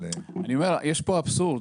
יש פה אבסורד.